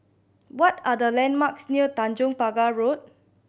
what are the landmarks near Tanjong Pagar Road